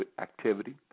activity